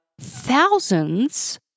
thousands